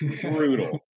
brutal